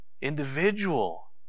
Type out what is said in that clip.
Individual